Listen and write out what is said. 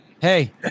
hey